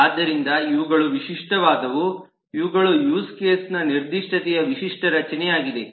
ಆದ್ದರಿಂದ ಇವುಗಳು ವಿಶಿಷ್ಟವಾದವು ಇವುಗಳು ಯೂಸ್ ಕೇಸ್ನ ನಿರ್ದಿಷ್ಟತೆಯ ವಿಶಿಷ್ಟ ರಚನೆಯಾಗಿದೆ